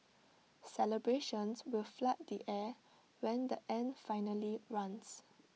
celebrations will flood the air when the end finally runs